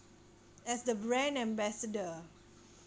as the brand ambassador